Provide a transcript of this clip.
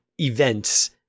events